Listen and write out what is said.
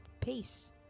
peace